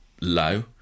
low